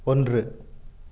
ஒன்று